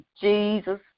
Jesus